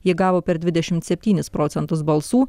ji gavo per dvidešimt septynis procentus balsų